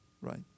right